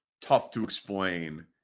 tough-to-explain